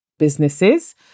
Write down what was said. businesses